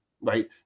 Right